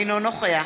אינו נוכח